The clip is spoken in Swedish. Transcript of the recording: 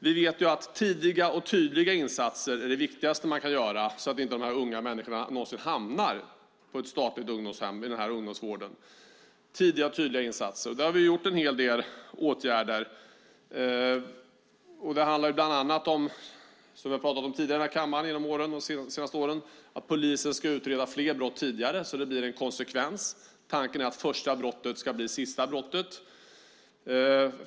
Vi vet att tidiga och tydliga insatser är det viktigaste man kan göra så att de här unga människorna inte någonsin hamnar på ett statligt ungdomshem i ungdomsvården. Vi har vidtagit en hel del åtgärder. Som vi har pratat om tidigare i den här kammaren under de senaste åren handlar det bland annat om att polisen ska utreda fler brott tidigare så att det blir en konsekvens. Tanken är att första brottet ska bli sista brottet.